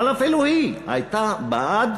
אבל אפילו היא הייתה בעד